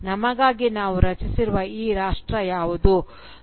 ನಮಗಾಗಿ ನಾವು ರಚಿಸಿರುವ ಈ ರಾಷ್ಟ್ರ ಯಾವುದು